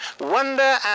Wonder